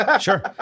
Sure